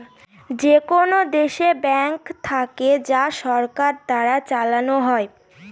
যেকোনো দেশে ব্যাঙ্ক থাকে যা সরকার দ্বারা চালানো হয়